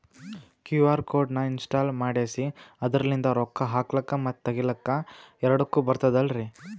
QR code ನ ಇನ್ಸ್ಟಾಲ ಮಾಡೆಸಿ ಅದರ್ಲಿಂದ ರೊಕ್ಕ ಹಾಕ್ಲಕ್ಕ ಮತ್ತ ತಗಿಲಕ ಎರಡುಕ್ಕು ಬರ್ತದಲ್ರಿ?